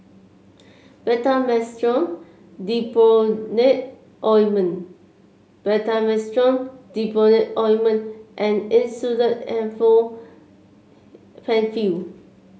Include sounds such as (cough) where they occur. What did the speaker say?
Betamethasone Dipropionate Ointment Betamethasone Dipropionate Ointment and Insulatard (unintelligible) Penfill